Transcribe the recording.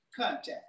contact